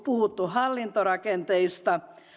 puhuttu hallintorakenteista